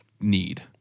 need